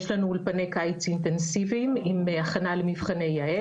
יש לנו אולפני קיץ אינטנסיביים עם הכנה למבחני יעל